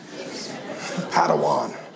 Padawan